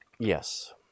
Yes